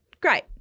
great